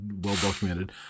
well-documented